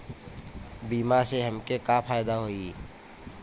बीमा से हमके का फायदा होई?